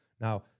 Now